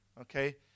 Okay